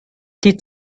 die